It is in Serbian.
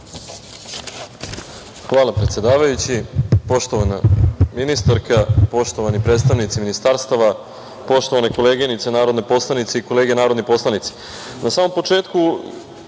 Hvala, predsedavajući. Poštovana ministarka, poštovani predstavnici ministarstava, poštovane koleginice narodne poslanice i kolege narodni poslanici, na samom početku